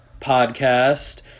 podcast